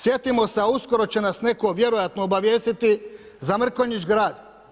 Sjetimo se a uskoro će nas neko vjerojatno obavijestiti za Mrkonjić Grad.